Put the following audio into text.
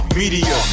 media